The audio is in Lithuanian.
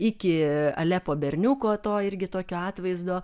iki alepo berniuko to irgi tokio atvaizdo